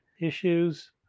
issues